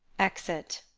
exit